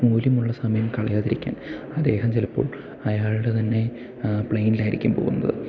മൂല്യമുള്ള സമയം കളയാതിരിക്കാൻ അദ്ദേഹം ചിലപ്പോൾ അയാളുടെ തന്നെ പ്ലെയിനിലായിരിക്കും പോകുന്നത്